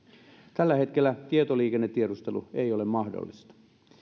tällä hetkellä tietoliikennetiedustelu ei ole mahdollista